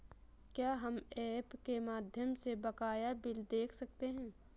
क्या हम ऐप के माध्यम से बकाया बिल देख सकते हैं?